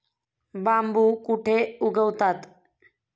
बांबू कुठे उगवतात?